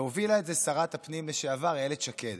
והובילה את זה שרת הפנים לשעבר אילת שקד.